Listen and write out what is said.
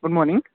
good morning